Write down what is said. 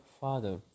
father